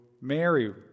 marry